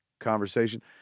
conversation